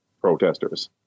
protesters